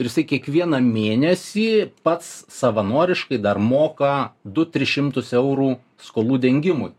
ir jisai kiekvieną mėnesį pats savanoriškai dar moka du tris šimtus eurų skolų dengimui